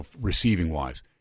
receiving-wise